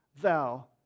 thou